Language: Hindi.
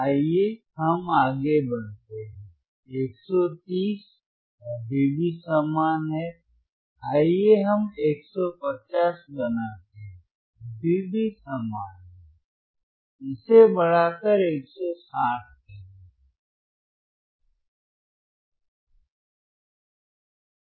आइए हम आगे बढ़ते हैं 130 अभी भी समान हैं आइए हम 150 बनाते अभी भी समान हैं इसे बढ़ाकर 160 करें